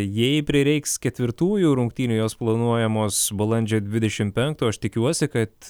jei prireiks ketvirtųjų rungtynių jos planuojamos balandžio dvidešim penktą o aš tikiuosi kad